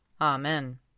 Amen